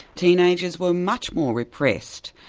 teenagers were much more repressed.